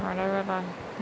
பலகளா:palakalaa